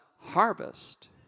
harvest